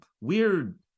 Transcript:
weird